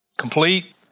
Complete